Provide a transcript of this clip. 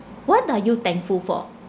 what are you thankful for